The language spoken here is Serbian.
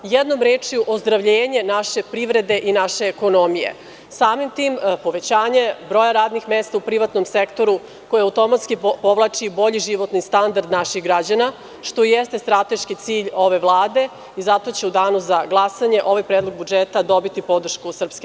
Jednom rečju, ozdravljenje naše privrede i naše ekonomije, samim tim i povećanje broja radnih mesta u privatnom sektoru, koje automatski povlači bolji životni standard naših građana, što jeste strateški cilj ove Vlade i zato će u danu za glasanje ovaj predlog budžeta dobiti podršku SNS.